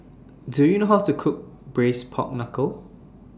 Do YOU know How to Cook Braised Pork Knuckle